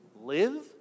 live